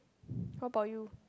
how about you